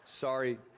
sorry